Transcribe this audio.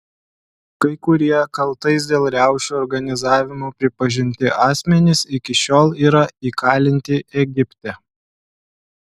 kai kurie kaltais dėl riaušių organizavimo pripažinti asmenys iki šiol yra įkalinti egipte